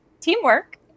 teamwork